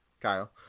Kyle